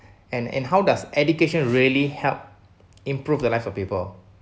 and and how does education really help improve the lives of people